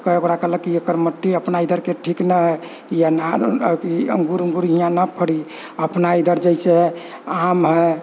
तऽ कए गोटा कहलक कि एकर मट्टी अपना इधरके ठीक न है यहाँ ई अनार उनार अथि अंगूर वंगूर यहाँ न फड़ी अपना इधर जइसे है आम है